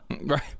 Right